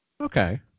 Okay